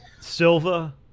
Silva